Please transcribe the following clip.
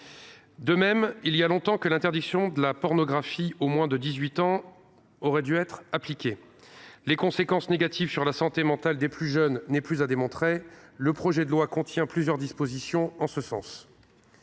De même, il y a longtemps que l’interdiction de la pornographie aux moins de 18 ans aurait dû être appliquée. Les conséquences négatives de celle ci sur la santé mentale des plus jeunes ne sont plus à démontrer. Le projet de loi contient plusieurs dispositions en ce sens.